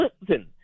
listen